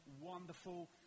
Wonderful